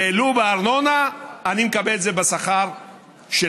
העלו בארנונה, אני מקבל את זה בשכר שלי.